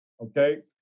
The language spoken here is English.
Okay